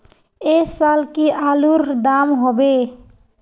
ऐ साल की आलूर र दाम होबे?